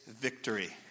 victory